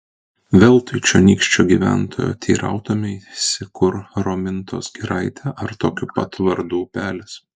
veltui čionykščio gyventojo teirautumeisi kur romintos giraitė ar tokiu pat vardu upelis